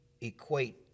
equate